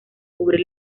cubrir